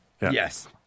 Yes